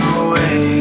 away